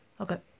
Okay